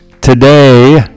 today